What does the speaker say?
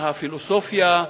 מהפילוסופיה,